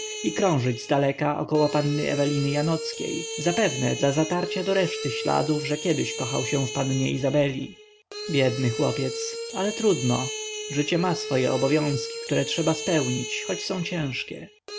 i krążyć zdaleka około panny eweliny janockiej zapewne dla zatarcia doreszty śladów że kiedyś kochał się w pannie izabeli biedny chłopiec ale trudno życie ma swoje obowiązki które trzeba spełnić choć są ciężkie